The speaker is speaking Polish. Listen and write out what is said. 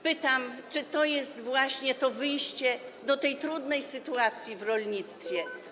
Pytam: Czy to jest właśnie to wyjście wobec tej trudnej sytuacji w rolnictwie?